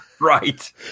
Right